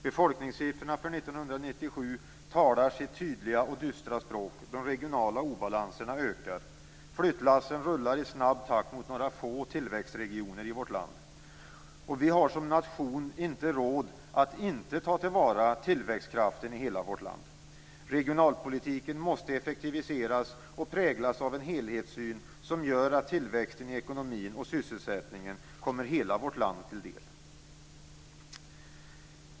Befolkningssiffrorna för 1997 talar sitt tydliga och dystra språk. De regionala obalanserna ökar. Flyttlassen rullar i snabb takt mot några få tillväxtregioner i vårt land. Vi har som nation inte råd att inte ta till vara tillväxtkraften i hela vårt land. Regionalpolitiken måste effektiviseras och präglas av en helhetssyn som gör att tillväxten i ekonomin och sysselsättningen kommer hela vårt land till del.